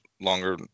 longer